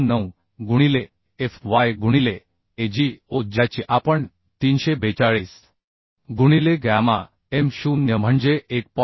029 गुणिले F y गुणिले ag o ज्याची आपण 342 गुणिले गॅमा m0 म्हणजे 1